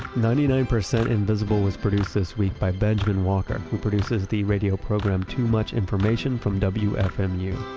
ninety nine percent inivisible was produced this week by benjamen walker, who produces the radio program too much information, from wfmu.